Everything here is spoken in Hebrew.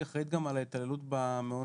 היא אחראית גם על ההתעללות במעונות,